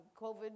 covid